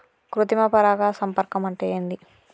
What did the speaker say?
కృత్రిమ పరాగ సంపర్కం అంటే ఏంది?